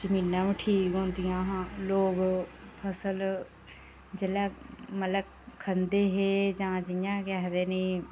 जमीनां बी ठीक होंदियां हियां लोक फसल जेल्लै मतलब खंदे हे जां जि'यां केह् आखदे नी